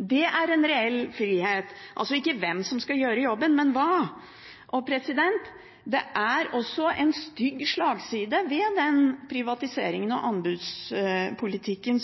Det er en reell frihet – altså ikke hvem som skal gjøre jobben, men hva. Det er også en stygg slagside ved den privatiseringen og anbudspolitikken